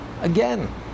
Again